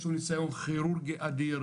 יש לו ניסיון כירורגי אדיר,